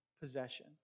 possession